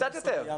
קצת יותר.